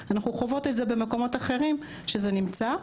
אנחנו חווות את זה במקומות אחרים שזה נמצא.